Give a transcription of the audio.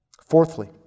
Fourthly